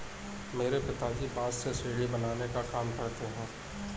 मेरे पिताजी बांस से सीढ़ी बनाने का काम करते हैं